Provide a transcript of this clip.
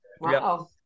wow